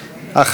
המציעות,